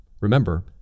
Remember